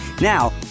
Now